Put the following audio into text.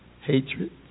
hatred